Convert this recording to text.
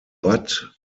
but